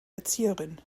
erzieherin